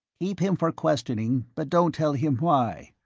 keep him for questioning but don't tell him why.